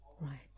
Right